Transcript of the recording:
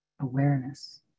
awareness